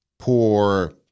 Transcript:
Poor